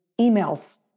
emails